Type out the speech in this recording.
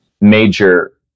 major